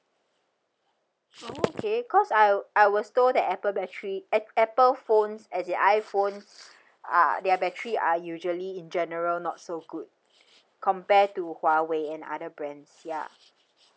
oh okay because I w~ I was told that Apple battery ap~ Apple phones as in iphones uh their battery are usually in general not so good compared to Huawei and other brands ya